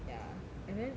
ya and then